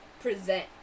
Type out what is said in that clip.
present